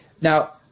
Now